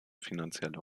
finanzielle